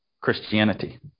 christianity